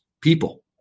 people